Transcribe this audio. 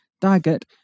Daggett